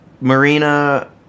Marina